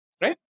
Right